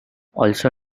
also